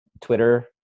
twitter